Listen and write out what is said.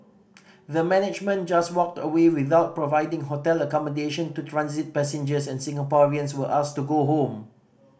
the management just walked away without providing hotel accommodation to transit passengers and Singaporeans were asked to go home